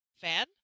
fan